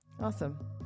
Awesome